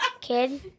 kid